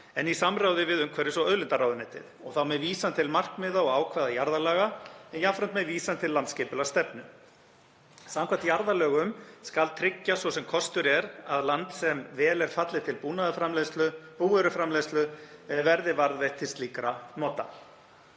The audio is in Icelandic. í samráði við umhverfis- og auðlindaráðuneytið, og þá með vísan til markmiða og ákvæða jarðalaga en jafnframt með vísan til landsskipulagsstefnu. Samkvæmt jarðalögum skal tryggja svo sem kostur er að land sem vel er fallið til búvöruframleiðslu verði varðveitt til slíkra nota.